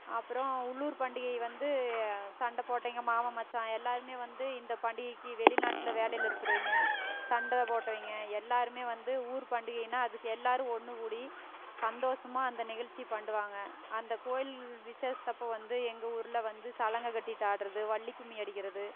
அப்புறம் உள்ளூர் பண்டிகை வந்து சண்டை போட்டவங்க மாமன் மச்சான் எல்லாருமே வந்து இந்தப் பண்டிகைக்கு வெளிநாட்டில வேலையில் இருக்கிறவங்க சண்டை போட்டவங்க எல்லாருமே வந்து ஊர் பண்டிகைனால் அதுக்கு எல்லாரும் ஒன்றுக்கூடி சந்தோஷமாக அந்த நிகழ்ச்சி பண்ணுவாங்கள் அந்தக் கோயில் விசேஷத்தப்போ வந்து எங்கள் ஊர்ல வந்து சலங்கை கட்டிகிட்டு ஆடுகிறது வள்ளிக் கும்மி அடிக்கிறது